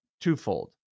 twofold